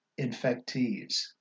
infectees